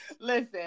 Listen